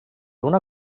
una